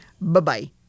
bye-bye